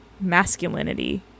masculinity